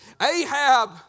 Ahab